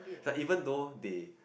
but even though they